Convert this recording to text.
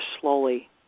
slowly